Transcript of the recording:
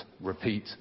Repeat